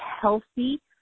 healthy